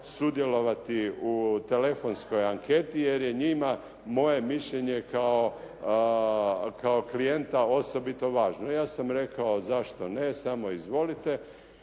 sudjelovati u telefonskoj anketi, jer je njima moje mišljenje kao klijenta osobito važno. Ja sam rekao zašto ne, samo izvolite.